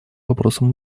вопросам